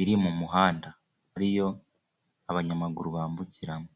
iri mu muhanda ariyo abanyamaguru bambukiramo.